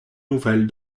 nouvelles